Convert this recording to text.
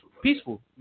Peaceful